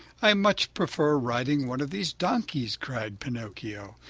i much prefer riding one of these donkeys, cried pinocchio.